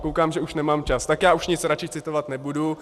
Koukám, že už nemám čas, tak už nic radši citovat nebudu.